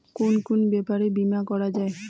কুন কুন ব্যাপারে বীমা করা যায়?